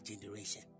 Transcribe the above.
generation